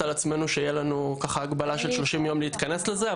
על עצמנו שתהיה לנו הגבלה של 30 ימים להתכנס לזה,